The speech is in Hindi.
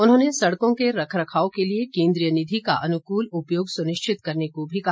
उन्होंने सड़कों के रखरखाव के लिए केन्द्रीय निधि का अनुकल उपयोग सुनिश्चित करने को भी कहा